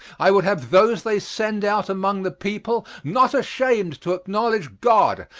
i would have those they send out among the people not ashamed to acknowledge god,